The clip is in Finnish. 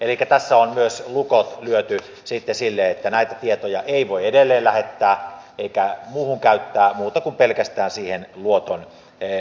elikkä tässä on sitten myös lukot lyöty sille että näitä tietoja ei voi edelleenlähettää eikä muuhun käyttää kuin pelkästään siihen luotonhallintaan